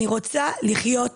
אני רוצה לחיות רגיל.